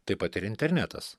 taip pat ir internetas